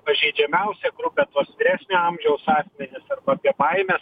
pažeidžiamiausią grupę tuos vyresnio amžiaus asmenis arba apie baimes